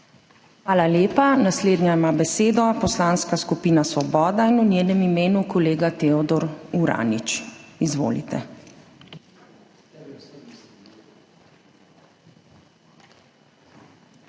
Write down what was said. Hvala lepa. Naslednja ima besedo Poslanska skupina Svoboda in v njenem imenu kolega Teodor Uranič. Izvolite.